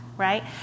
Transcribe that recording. right